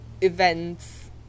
events